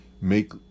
make